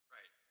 Right